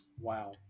Wow